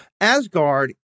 Asgard